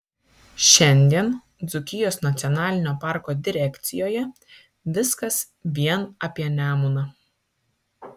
šiandien dzūkijos nacionalinio parko direkcijoje viskas vien apie nemuną